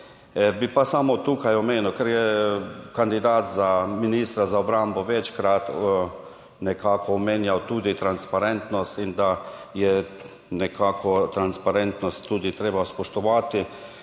bi tu samo omenil, ker je kandidat za ministra za obrambo večkrat omenjal tudi transparentnost, da je transparentnost tudi treba spoštovati.